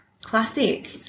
Classic